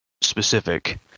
specific